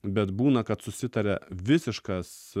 bet būna kad susitaria visiškas